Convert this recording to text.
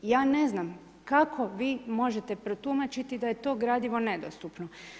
Ja ne znam kako vi možete protumačiti da je to gradivo nedostupno.